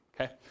okay